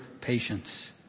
patience